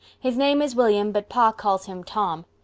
his name is william but pa calls him tom.